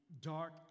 dark